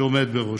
שעומד בראשו.